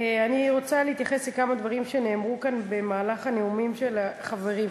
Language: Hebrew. אני רוצה להתייחס לכמה דברים שנאמרו במהלך הנאומים של החברים כאן.